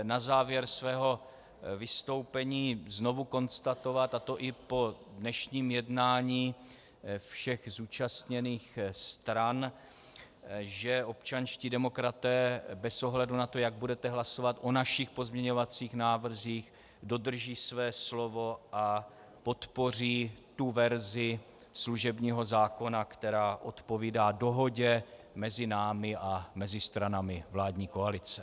Na závěr svého vystoupení bych ale chtěl znovu konstatovat, a to i po dnešním jednání všech zúčastněných stran, že občanští demokraté bez ohledu na to, jak budete hlasovat o našich pozměňovacích návrzích, dodrží své slovo a podpoří tu verzi služebního zákona, která odpovídá dohodě mezi námi a stranami vládní koalice.